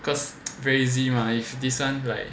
cause very easy mah if this [one] like